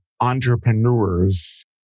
entrepreneurs